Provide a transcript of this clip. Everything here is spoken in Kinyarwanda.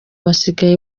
basigaye